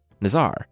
Nazar